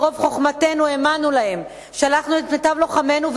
ברוב חוכמתנו,